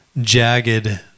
jagged